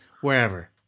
wherever